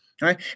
right